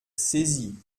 saisie